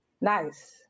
Nice